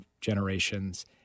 generations